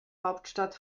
hauptstadt